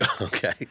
Okay